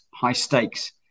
high-stakes